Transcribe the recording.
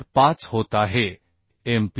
5 होत आहे mpm